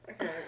okay